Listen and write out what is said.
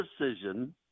decision